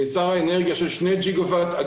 שני ג'יגה ואט,